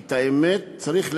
כי את האמת צריך להגיד: